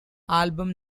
album